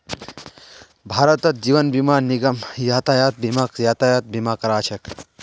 भारतत जीवन बीमा निगम यातायात बीमाक यातायात बीमा करा छेक